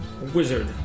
Wizard